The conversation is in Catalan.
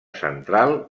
central